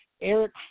Eric